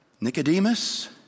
Nicodemus